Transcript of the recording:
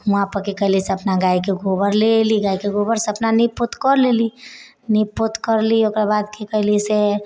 वहाँपर कि कएली से अपना गाइके गोबर लऽ अएली गाइके गोबरसँ अपना नीपि पोतिकऽ लेली नीपि पोति करली ओकर बाद कि करली से